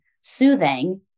soothing